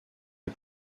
est